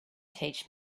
teach